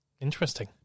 Interesting